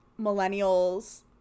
millennials